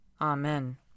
Amen